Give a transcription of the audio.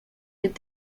with